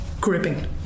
Gripping